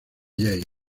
yale